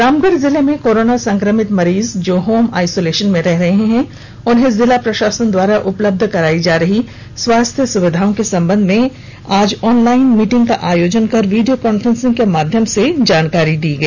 रामगढ़ जिले में कोरोना संक्रमित मरीज जो होम आइसोर्लेशन में रह रहे हैं उन्हें जिला प्रशासन द्वारा उपलब्ध कराई जा रही स्वास्थ्य सुविधाओं के संबंध में आज ऑनलाइन मीटिंग का आयोजन वीडियो कॉन्फ्रेंसिंग के माध्यम से किया गया